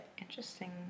Interesting